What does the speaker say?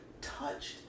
touched